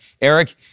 Eric